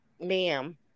ma'am